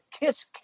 kiss